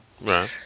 right